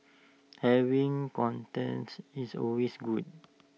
having contests is always good